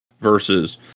Versus